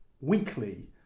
weekly